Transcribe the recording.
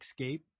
escape